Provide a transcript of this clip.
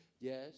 Yes